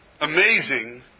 amazing